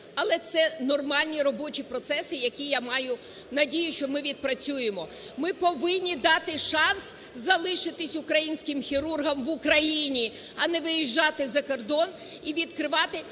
Але це нормальні робочі процеси, які, я маю надію, що ми відпрацюємо. Ми повинні дати шанс залишитись українським хірургам в Україні, а не виїжджати за кордон і відкривати